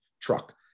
truck